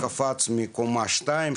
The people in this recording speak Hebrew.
קפץ מקומה 2,